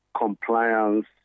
Compliance